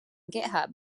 github